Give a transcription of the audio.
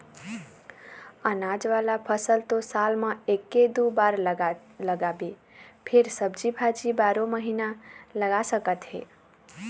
अनाज वाला फसल तो साल म एके दू बार लगाबे फेर सब्जी भाजी बारो महिना लगा सकत हे